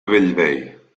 bellvei